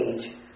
age